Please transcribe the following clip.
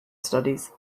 studies